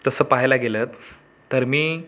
तसं पहायला गेलं तर मी